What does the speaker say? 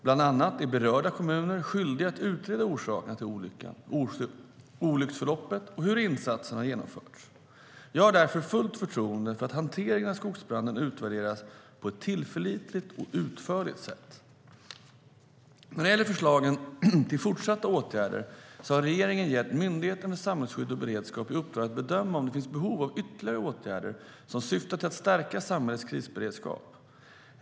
Bland annat är berörda kommuner skyldiga att utreda orsakerna till olyckan, olycksförloppet och hur insatsen har genomförts. Jag har därför fullt förtroende för att hanteringen av skogsbranden utvärderas på ett tillförlitligt och utförligt sätt. När det gäller förslag till fortsatta åtgärder har regeringen gett Myndigheten för samhällsskydd och beredskap i uppdrag att bedöma om det finns behov av ytterligare åtgärder som syftar till att stärka samhällets krisberedskap.